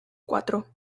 cuatro